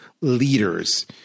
leaders